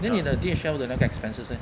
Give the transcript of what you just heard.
then 你的 D_H_L 的那个 expenses eh